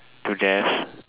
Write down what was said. to death